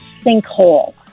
sinkhole